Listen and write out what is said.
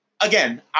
again